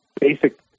basic